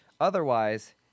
Otherwise